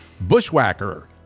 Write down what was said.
Bushwhacker